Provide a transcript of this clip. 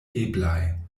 eblaj